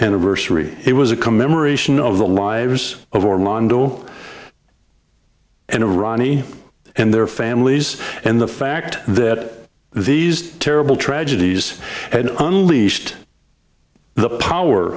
anniversary it was a commemoration of the lives of orlando and ronnie and their families and the fact that these terrible tragedies had unleashed the power